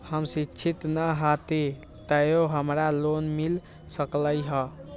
हम शिक्षित न हाति तयो हमरा लोन मिल सकलई ह?